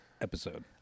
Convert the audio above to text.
episode